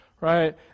Right